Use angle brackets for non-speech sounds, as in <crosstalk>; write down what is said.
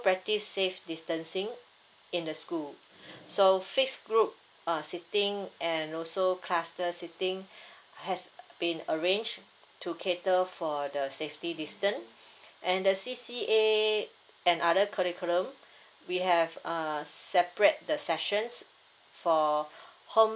practise safe distancing in the school <breath> so fixed group uh sitting and also cluster seating <breath> has been arranged to cater for the safety distance <breath> and the C_C_A and other curriculum we have err separate the sessions for <breath> home